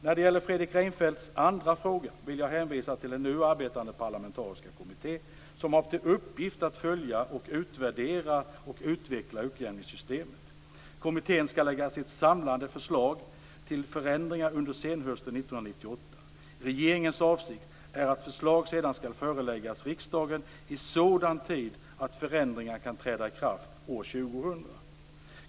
När det gäller Fredrik Reinfeldts andra fråga vill jag hänvisa till den nu arbetande parlamentariska kommitté som har till uppgift att följa, utvärdera och utveckla utjämningssystemet. Kommittén skall lägga fram sitt samlade förslag till förändringar under senhösten 1998. Regeringens avsikt är att förslag sedan skall föreläggas riksdagen i sådan tid att förändringar kan träda i kraft år 2000.